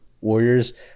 Warriors